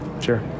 Sure